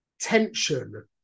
tension